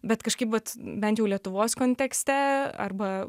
bet kažkaip vat bent jau lietuvos kontekste arba